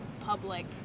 public